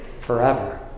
forever